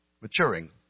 Maturing